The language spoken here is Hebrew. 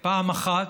אחת,